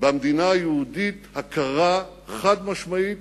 במדינה היהודית הכרה חד-משמעית,